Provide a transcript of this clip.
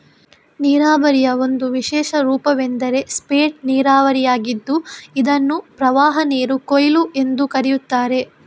ನೀರಾವರಿಯ ಒಂದು ವಿಶೇಷ ರೂಪವೆಂದರೆ ಸ್ಪೇಟ್ ನೀರಾವರಿಯಾಗಿದ್ದು ಇದನ್ನು ಪ್ರವಾಹನೀರು ಕೊಯ್ಲು ಎಂದೂ ಕರೆಯುತ್ತಾರೆ